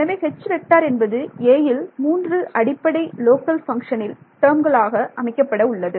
எனவே என்பது 'a'ல் மூன்று அடிப்படை லோக்கல் பங்ஷனில் டேர்ம்களாக அமைக்கப்பட உள்ளது